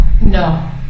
No